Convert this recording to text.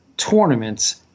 tournaments